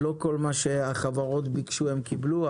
לא כל מה שהחברות ביקשו הם קיבלו,